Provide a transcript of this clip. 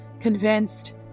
convinced